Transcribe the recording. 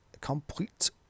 complete